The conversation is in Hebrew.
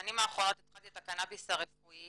בשנים האחרונות התחלתי את הקנאביס הרפואי